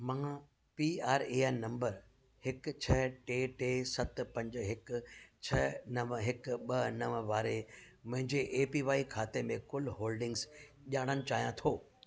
मां P R A N number हिकु छह टे टे सत पंज हिकु छह नव हिकु ॿ नव वारे मुंहिंजे ए पी वाए खाते में कुलु होल्डिंग्स ॼाणणु चाहियां थो